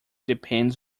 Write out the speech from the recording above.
depends